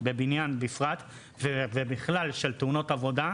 בבניין בפרט ובכלל, של תאונות עבודה,